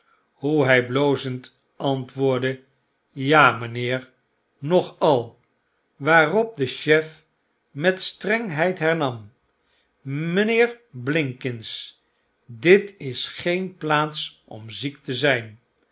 hoe hij blozend antwoordde ja mrjnheer nog al waaropde chef met strengheidhernam jftjjnneer blinkins dit is geen plaats om ziek te zyn